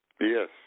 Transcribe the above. Yes